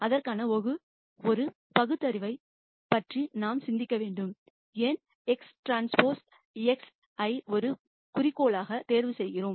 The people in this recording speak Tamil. அதற்கான ஒரு பகுத்தறிவைப் பற்றி நாம் சிந்திக்க வேண்டும் ஏன் x டிரான்ஸ்போஸ் x ஐ ஒரு குறிக்கோளாக தேர்வு செய்கிறோம்